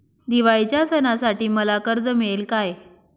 दिवाळीच्या सणासाठी मला कर्ज मिळेल काय?